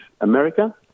America